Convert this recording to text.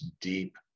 deep